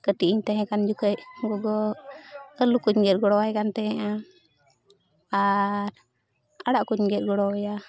ᱠᱟᱹᱴᱤᱡ ᱤᱧ ᱛᱟᱦᱮᱸ ᱠᱟᱱ ᱡᱚᱠᱷᱚᱱ ᱜᱚᱜᱚ ᱟᱹᱞᱩ ᱠᱚᱧ ᱜᱮᱫ ᱜᱚᱲᱚ ᱟᱭ ᱠᱟᱱ ᱛᱟᱦᱮᱱᱟ ᱟᱨ ᱟᱲᱟᱜ ᱠᱚᱧ ᱜᱮᱫ ᱜᱚᱲᱚ ᱟᱭᱟ